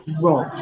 wrong